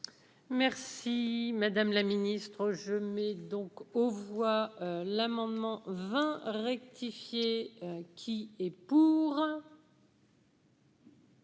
Merci madame la ministre, je mets donc aux voix l'amendement. 20 rectifié, qui est pour.